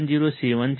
707 છે